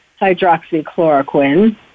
hydroxychloroquine